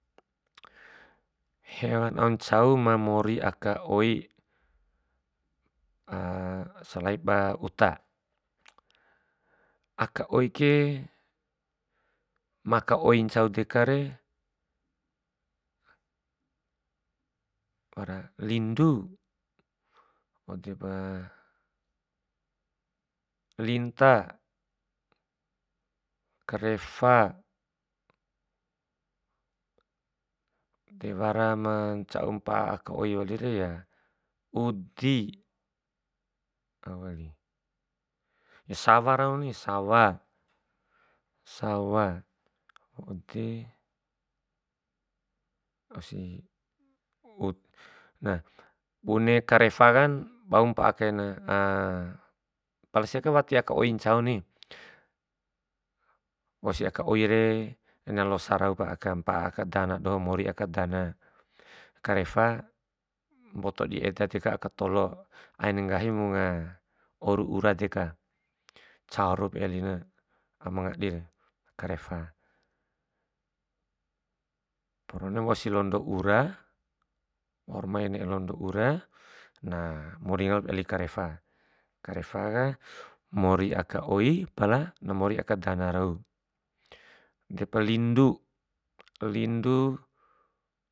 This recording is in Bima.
hewan au ncau ma mori aka oi selain ba uta. Aka oi ke, ma aka oi ncau dekare lindu, waudepa linta, karefa, de wara ma ca'u mpa'a aka oi walire ya udi, au wali ya sawa raoni, sawa, sawa, waude ausi bune karefa kan bau mpa'a kain pala siaka wati aka oi ncauni, wausi aka oire, na losa raupa mpa'a aka dana doho mori aka dana, karefa mboto di eda deka aka tolo, aim nggahi wunga uro ura deka, carup elina ama ngadire, karefa. Porona wausi londo ura, wau mai londo ura na, maringa lalop eli karefa, karefa ka mori aka oi pala na mori aka dana rau depa lindu, lindu.